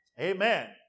amen